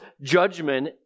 judgment